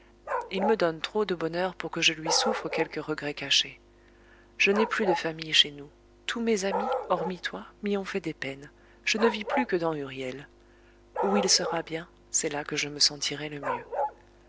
il me donne trop de bonheur pour que je lui souffre quelque regret caché je n'ai plus de famille chez nous tous mes amis hormis toi m'y ont fait des peines je ne vis plus que dans huriel où il sera bien c'est la que je me sentirai le mieux